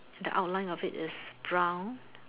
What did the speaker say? the outline of it is brown